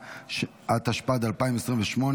התשפ"ד 2024,